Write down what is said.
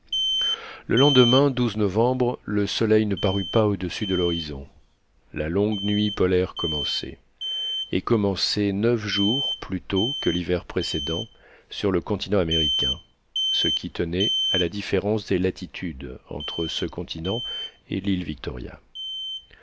le lendemain novembre le soleil ne parut pas au-dessus de l'horizon la longue nuit polaire commençait et commençait neuf jours plus tôt que l'hiver précédent sur le continent américain ce qui tenait à la différence des latitudes entre ce continent et l'île victoria